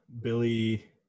Billy